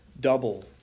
double